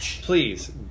please